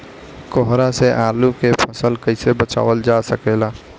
कोहरा से आलू के फसल कईसे बचावल जा सकेला?